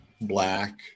black